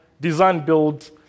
design-build